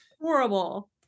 Horrible